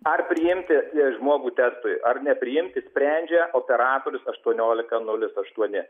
ar priimti žmogų testui ar nepriimti sprendžia operatorius aštuoniolika nulis aštuoni